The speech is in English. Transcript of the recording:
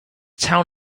town